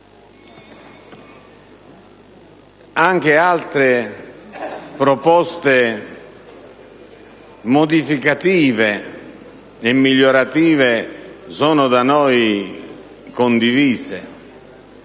Anche altre proposte modificative e migliorative sono da noi condivise.